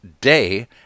day